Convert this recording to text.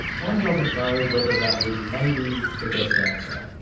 one doesn't know whether that was maybe the best answer.